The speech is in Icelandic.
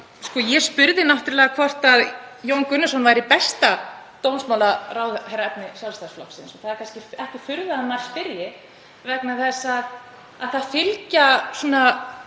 ég spurði hvort Jón Gunnarsson væri besta dómsmálaráðherraefni Sjálfstæðisflokksins og það er kannski ekki furða að maður spyrji vegna þess að það fylgja voða